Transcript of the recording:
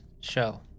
show